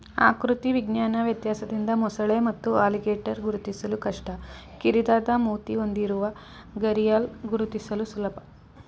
ಆಕೃತಿ ವಿಜ್ಞಾನ ವ್ಯತ್ಯಾಸದಿಂದ ಮೊಸಳೆ ಮತ್ತು ಅಲಿಗೇಟರ್ ಗುರುತಿಸಲು ಕಷ್ಟ ಕಿರಿದಾದ ಮೂತಿ ಹೊಂದಿರುವ ಘರಿಯಾಲ್ ಗುರುತಿಸಲು ಸುಲಭ